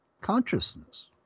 consciousness